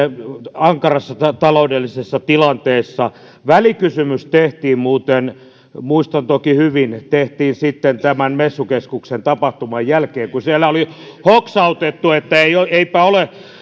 ankarassa taloudellisessa tilanteessa välikysymys muuten tehtiin muistan toki hyvin tämän messukeskuksen tapahtuman jälkeen kun siellä oli hoksautettu että eipä ole